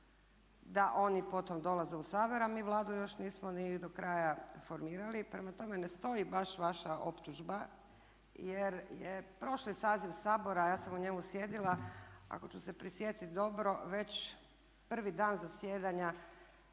da oni potom dolaze u Sabor a mi Vladu još nismo ni do kraja formirali. Prema tome, ne stoji baš vaša optužba jer je prošli saziv Sabora, a ja sam u njemu sjedila, ako ću se prisjetiti dobro već prvi dan zasjedanja